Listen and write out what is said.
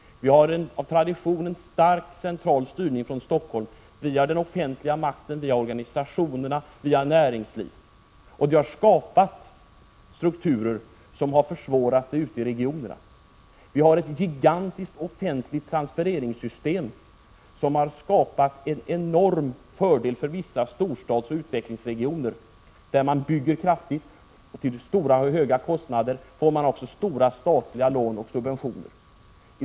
Vi har av tradition en stark central styrning från Stockholm via den offentliga makten, via organisationerna, via näringslivet. Vi har skapat strukturer som har försvårat utvecklingen ute i regionerna. Vi har ett gigantiskt offentligt transfereringssystem, som har skapat en enorm fördel för vissa storstadsoch utvecklingsregioner. Där man bygger kraftigt och till höga kostnader får man också stora statliga lån och subventioner.